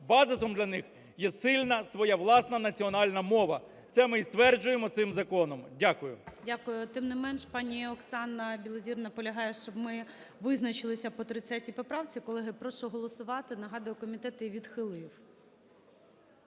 базисом для них є сильна своя власна національна мова. Це ми і стверджуємо цим законом. Дякую. ГОЛОВУЮЧИЙ. Дякую. Тим не менш пані Оксана Білозір наполягає, щоб ми визначилися по 30 поправці. Колеги, прошу голосувати. Нагадую, комітет її відхилив.